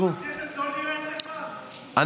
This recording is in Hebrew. אתה מעניש את הציבור שהוא